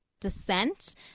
descent